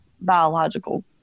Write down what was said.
biological